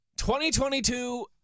2022